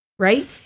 Right